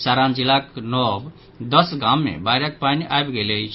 सारण जिलाक नव दस गाम मे बाढ़िक पानि आबि गेल अछि